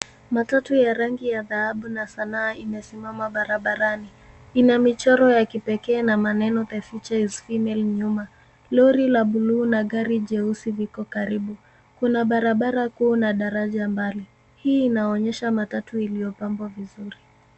Matatu ya rangi ya dhahabu na sanaa imesimama barabarani. Ina michoro ya kipekee na maneno the future is female nyuma. Lori la bluu na gari jeusi viko karibu. Kuna barabara kuu na daraja mbali. Hii inaonyesha matatu iliyopambwa vizuri.